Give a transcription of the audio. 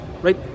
right